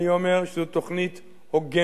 אני אומר שזאת תוכנית הוגנת.